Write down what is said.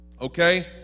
okay